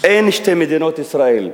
"אין שתי מדינות ישראל,